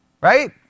right